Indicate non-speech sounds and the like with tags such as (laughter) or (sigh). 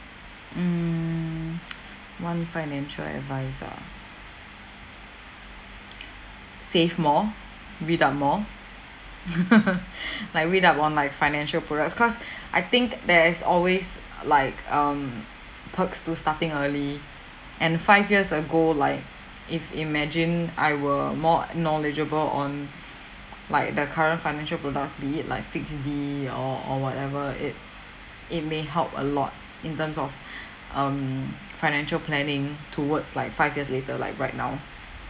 mm (noise) one financial advice ah (noise) save more read up more (laughs) like read up on like financial products cause I think there is always like um perks to starting early and five years ago like if imagine I were more knowledgeable on like the current financial products be it like fixed D or or whatever it it may help a lot in terms of (breath) um financial planning towards like five years later like right now